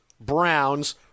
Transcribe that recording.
Browns